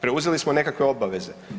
Preuzeli smo nekakve obaveze.